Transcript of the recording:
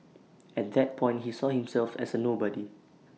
and that point he saw himself as A nobody